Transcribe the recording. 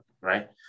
right